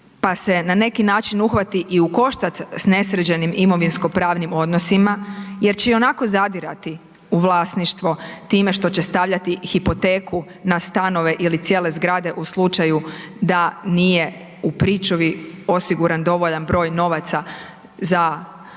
pa se na neki način uhvati i u koštac s nesređenim imovinsko-pravnim odnosima jer će ionako zadirati u vlasništvo time što će stavljati hipoteku na stanove ili cijele zgrade u slučaju da nije u pričuvi osiguran dovoljan broj novaca za